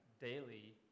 daily